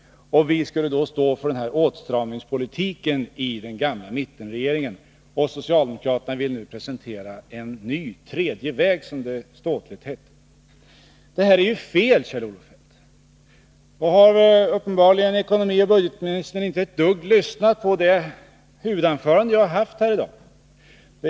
Vi skulle då stå för åtstramningspolitiken i den gamla mittenregeringen. Socialdemokraterna vill nu presentera en ny, tredje väg, som det ståtligt hette. Det här är ju fel, Kjell-Olof Feldt. Uppenbarligen har ekonomioch budgetministern inte ett dugg lyssnat på det huvudanförande jag har hållit här i dag.